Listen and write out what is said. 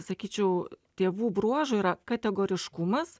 sakyčiau tėvų bruožų yra kategoriškumas